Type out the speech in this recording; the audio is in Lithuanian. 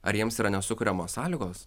ar jiems yra nesukuriamos sąlygos